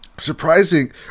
Surprising